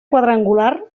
quadrangular